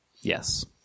Yes